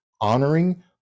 honoring